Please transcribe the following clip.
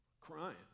crying